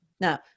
Now